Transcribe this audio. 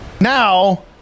Now